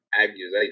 Accusation